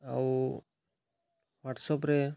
ଆଉ ହ୍ଵାଟସପ୍ରେ